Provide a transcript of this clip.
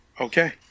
Okay